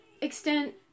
extent